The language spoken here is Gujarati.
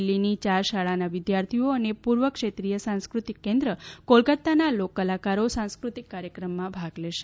દિલ્ફીની યાર શાળાના વિદ્યાર્થીઓ અને પૂર્વ ક્ષેત્રીય સાંસ્ક્રતિક કેન્દ્ર કોલકત્તાના લોક કલાકારો સાંસ્ક઼તિક કાર્યક્રમમાં ભાગ લેશે